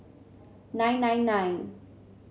nine nine nine